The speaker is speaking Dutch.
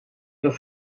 dat